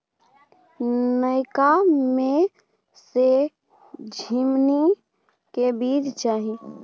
नयका में से झीमनी के बीज चाही?